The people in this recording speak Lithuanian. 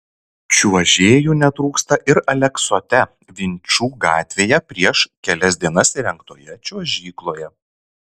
čiuožėjų netrūksta ir aleksote vinčų gatvėje prieš kelias dienas įrengtoje čiuožykloje